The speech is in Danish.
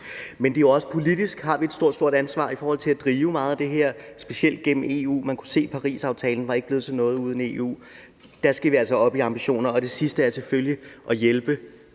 Men politisk har vi også et stort, stort ansvar for at drive meget af det her, specielt gennem EU. Man kan se, at Parisaftalen ikke var blevet til noget uden EU. Der skal vi altså op i ambitioner. Det sidste er selvfølgelig at hjælpe